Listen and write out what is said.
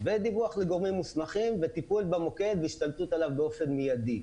ודיווח לגורמים מוסמכים וטיפול במוקד והשתלטות עליו באופן מידי.